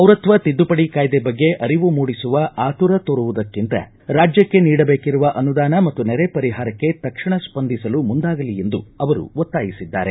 ಪೌರತ್ವ ತಿದ್ದುಪಡಿ ಕಾಯ್ದೆ ಬಗ್ಗೆ ಅರಿವು ಮೂಡಿಸುವ ಆತುರ ತೋರುವುದಕ್ಕಿಂತ ರಾಜ್ಯಕ್ಕೆ ನೀಡಬೇಕಿರುವ ಅನುದಾನ ಮತ್ತು ನೆರೆ ಪರಿಹಾರಕ್ಕೆ ತಕ್ಷಣ ಸ್ಪಂದಿಸಲು ಮುಂದಾಗಲಿ ಎಂದು ಅವರು ಒತ್ತಾಯಿಸಿದ್ದಾರೆ